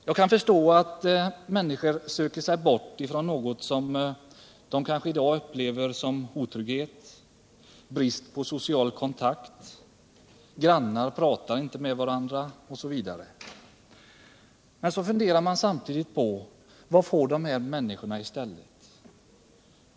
Jag kan förstå att människor söker sig bort ifrån något som de kanske i dag upplever som otrygghet och brist på social kontakt — grannar pratar inte med varandra osv. — men så funderar man samtidigt på vad dessa människor får i stället.